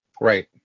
Right